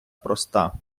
проста